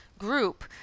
group